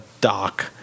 dock